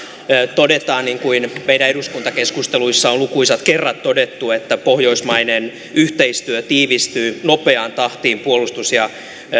todetaan niin kuin meidän eduskuntakeskusteluissa on lukuisat kerrat todettu että pohjoismainen yhteistyö tiivistyy nopeaan tahtiin puolustus ja